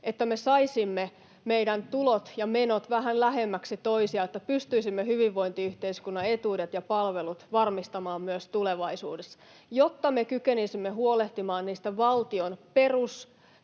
ja saisimme meidän tulot ja menot vähän lähemmäksi toisiaan, jotta pystyisimme varmistamaan hyvinvointiyhteiskunnan etuudet ja palvelut myös tulevaisuudessa, jotta me kykenisimme huolehtimaan niistä